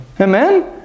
Amen